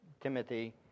Timothy